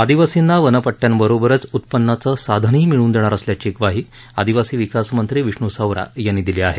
आदिवासींना वनपट्ट्यांबरोबरच उत्पन्नाचं साधन ही मिळवून देणार असल्याची ग्वाही आदिवासी विकासमंत्री विष्णू सवरा यांनी दिली आहे